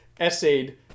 essayed